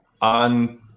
on